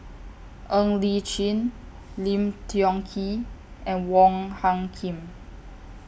Ng Li Chin Lim Tiong Ghee and Wong Hung Khim